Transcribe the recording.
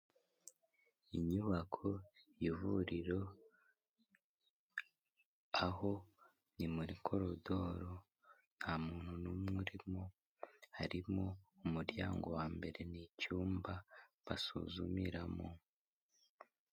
Inyubako y'ivuriro aho ni muri kodoro, nta muntu n'umwe urimo, harimo umuryango wa mbere ni icyumba basuzumiramo.